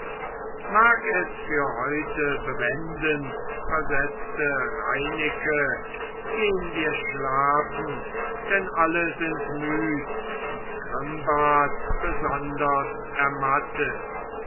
mag es für heute bewenden versetzte reineke gehn wir schlafen denn alle sind müd und grimbart besonders ermattet